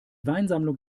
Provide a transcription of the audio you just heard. weinsammlung